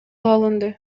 алынды